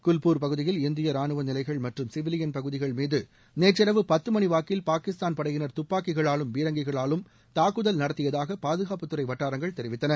குல்பூர் பகுதியில் இந்திய ரானுவ நிலைகள் மற்றும் சிவிலியன் பகுதிகள் மீது நேற்றிரவு பத்துமணி வாக்கில் பாகிஸ்தான் படையினர் துப்பாக்கிகளாலும் பீரங்கிகளாலும் தாக்குதல் நடத்தியதாக பாதுகாப்புத்துறை வட்டாரங்கள் தெரிவித்தன